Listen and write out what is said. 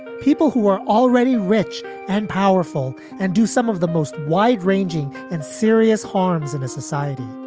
people who are already rich and powerful and do some of the most wide ranging and serious harms in a society.